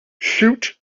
shoot